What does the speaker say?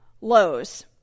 lows